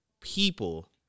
people